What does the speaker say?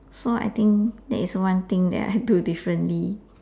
so I think that is one thing that I do differently